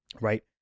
right